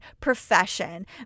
profession